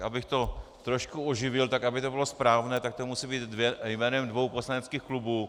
Abych to trošku oživil, tak aby to bylo správné, tak to musí být jménem dvou poslaneckých klubů.